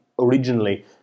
originally